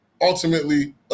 ultimately